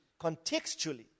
Contextually